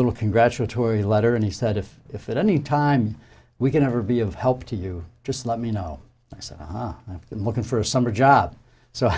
little congratulatory letter and he said if if it any time we can ever be of help to you just let me know i said i've been looking for a summer job so